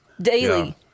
daily